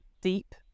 deep